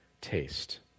taste